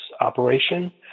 operation